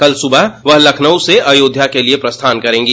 कल सुबह वह लखनऊ से अयोध्या के लिए प्रस्थान करेंगी